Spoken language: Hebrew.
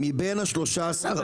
מבין ה-13,